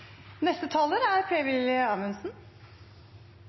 Neste taler er Per-Willy Amundsen,